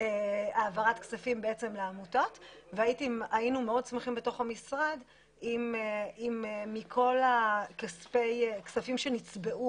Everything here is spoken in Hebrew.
העברת הכספים לעמותות והיינו מאוד שמחים במשרד אם מכל הכספים שנצבעו